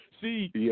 See